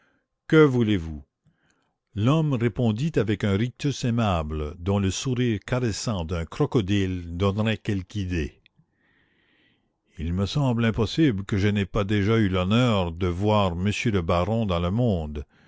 que voulez-vous l'homme répondit avec un rictus aimable dont le sourire caressant d'un crocodile donnerait quelque idée il me semble impossible que je n'aie pas déjà eu l'honneur de voir monsieur le baron dans le monde